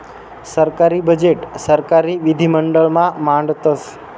सरकारी बजेट सरकारी विधिमंडळ मा मांडतस